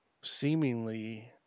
seemingly